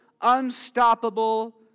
unstoppable